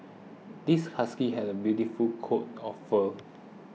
this husky has a beautiful coat of fur